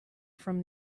from